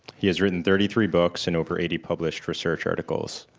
he has written thirty three books and over eighty published research articles.